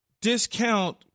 discount